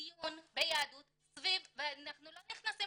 דיון ביהדות סביב - ואני לא נכנסת